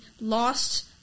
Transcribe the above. lost